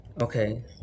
okay